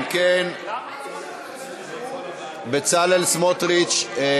אם כן, בצלאל סמוטריץ.